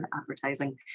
advertising